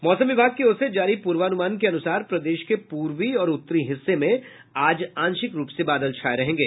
मौसम विभाग की ओर से जारी पूर्वानुमान के अनुसार प्रदेश के पूर्वी और उत्तरी हिस्से में आज आंशिक रूप से बादल छाए रहेंगे